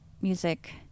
music